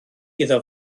iddo